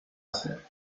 hacer